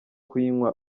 kuyinywa